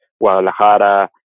Guadalajara